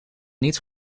niet